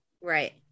Right